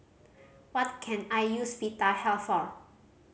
what can I use Vitahealth for